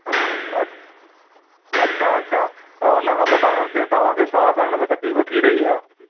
हा अछ अच्छा अच्छा ऐं हुनखां पोइ तव्हांखे तव्हांखे साह खरण में तकलीफ़ थी रही आहे